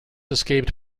escaped